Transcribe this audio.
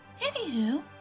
Anywho